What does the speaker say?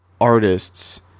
artists